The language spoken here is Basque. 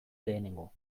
lehenengo